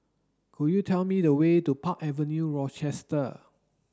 could you tell me the way to Park Avenue Rochester